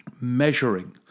measuring